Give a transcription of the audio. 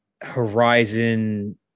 horizon